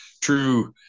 true